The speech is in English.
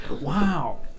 Wow